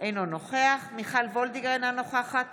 הגנה על זכויות